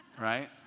right